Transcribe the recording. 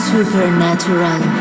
Supernatural